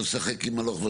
לא צריך שום הסכמה.